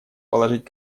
положить